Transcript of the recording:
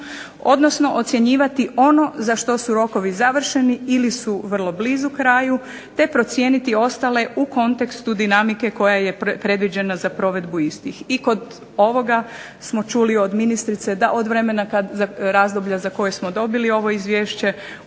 odnosno ocjenjivati ono za što su rokovi završeni ili su vrlo blizu kraju te procijeniti ostale u kontekstu dinamike koja je predviđena za provedbu istih. I kod ovoga smo čuli od ministrice da od vremena za koje smo dobili ovo Izvješće